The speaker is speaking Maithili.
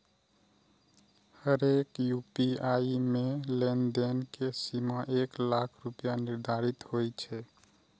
हरेक यू.पी.आई मे लेनदेन के सीमा एक लाख रुपैया निर्धारित होइ छै